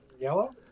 Yellow